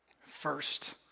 First